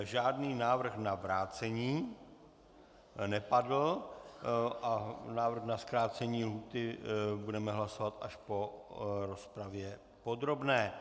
Žádný návrh na vrácení nepadl a návrh na zkrácení lhůty budeme hlasovat až po rozpravě podrobné.